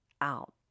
out